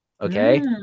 Okay